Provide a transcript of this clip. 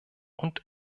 und